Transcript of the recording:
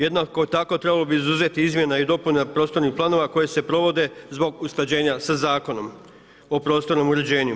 Jednako tako trebalo bi izuzeti izmjene i dopuna prostornih planova koje se provode zbog usklađenja sa zakonom o prostornom uređenju.